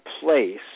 place